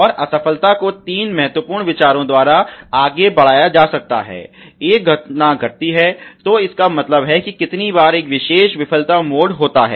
और असफलता को तीन महत्वपूर्ण विचारों द्वारा आगे बढ़ाया जा सकता है एक घटना घटती है तो इसका मतलब है कि कितनी बार एक विशेष विफलता मोड होता है